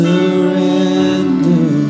Surrender